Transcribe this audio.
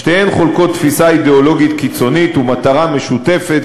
שתיהן חולקות תפיסה אידיאולוגית קיצונית ומטרה משותפת,